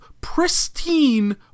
pristine